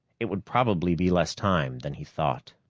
it would probably be less time than he thought.